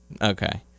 Okay